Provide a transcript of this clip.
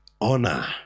Honor